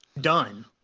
done –